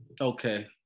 okay